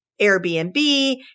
Airbnb